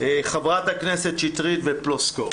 חברת הכנסת שטרית ופלוסקוב.